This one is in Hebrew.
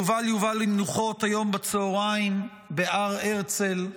יובל יובא למנוחות היום בצוהריים בהר הרצל,